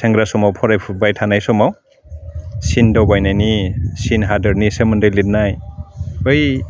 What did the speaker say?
सेंग्रा समाव फराय फुबाय थानाय समाव चिन दावबायनायनि चिन हादोरनि सोमोन्दै लिरनाय बै